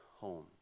home